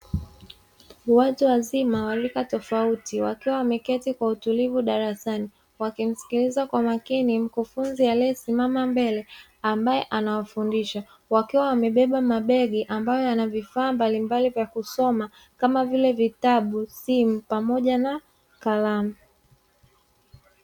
Watu wazima wa rika tofauti, wakiwa wameketi kwa utulivu darasani, wakimsikiliza kwa makini mkufunzi aliyesimama mbele ambaye anawafundisha, wakiwa wamebeba mabegi ambayo yana vifaa mbalimbali vya kusoma, kama vile vitabu, simu, pamoja na kalamu.